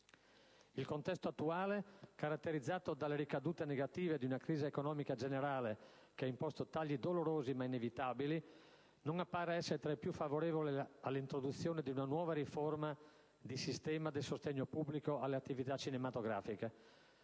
Il contesto attuale, caratterizzato dalle ricadute negative di una crisi economica generale che ha imposto tagli dolorosi ma inevitabili, non appare essere tra i più favorevoli all'introduzione di una nuova riforma di sistema del sostegno pubblico all'attività cinematografica.